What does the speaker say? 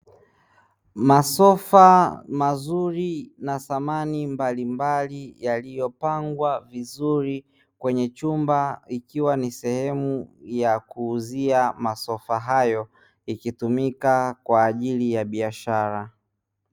Masofa mazuri na samani mbalimbali, yaliyopangwa vizuri kwenye chumba ikiwa ni sehemu ya kuuzia masofa hayo ikitumika kwa ajili ya biashara.